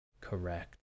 correct